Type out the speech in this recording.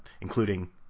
including